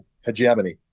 hegemony